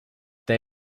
they